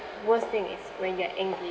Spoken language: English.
worst thing is when you're angry